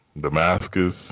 Damascus